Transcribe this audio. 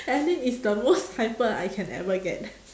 alyn is the most hyper I can ever get